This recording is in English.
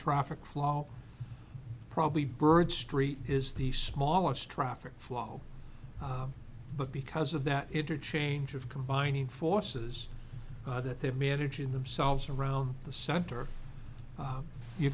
traffic flow probably bird street is the smallest traffic flow but because of that interchange of combining forces that they manage in themselves around the center you're